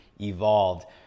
evolved